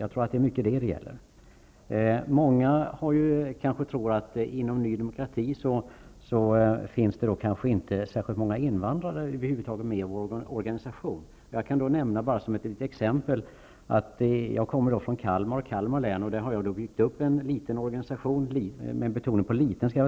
Jag tror att det i mycket är det det gäller. Många kanske tror att det inte finns särskilt många invandrare med i vår organisation inom Ny Demokrati. Jag kommer från Kalmar, och där har jag byggt upp en liten organisaiton, med betoning på ordet liten.